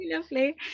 lovely